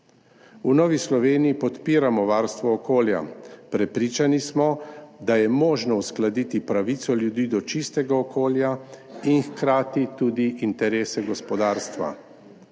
V Novi Sloveniji podpiramo varstvo okolja. Prepričani smo, da je možno uskladiti pravico ljudi do čistega okolja in hkrati tudi interese gospodarstva.